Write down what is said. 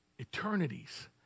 Eternities